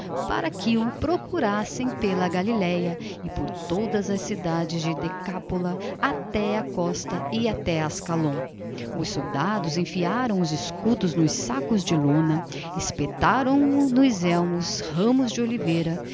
para que o procurassem por galileia e por todas as cidades da decápole até à costa e até áscalon os soldados enfiaram os escudos nos sacos de lona espetaram nos elmos ramos de oliveira